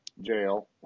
jail